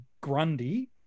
Grundy